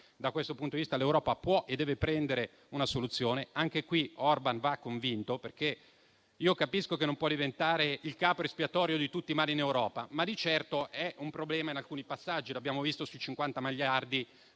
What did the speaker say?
Da questo punto di vista, l'Europa può e deve prendere una soluzione. Anche qui Orbán va convinto, perché io capisco che non può diventare il capro espiatorio di tutti i mali in Europa, ma di certo è un problema in alcuni passaggi. Lo abbiamo visto sui 50 miliardi